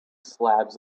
slabs